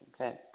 Okay